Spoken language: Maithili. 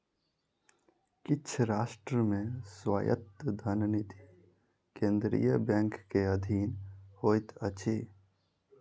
किछ राष्ट्र मे स्वायत्त धन निधि केंद्रीय बैंक के अधीन होइत अछि